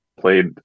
played